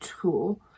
tool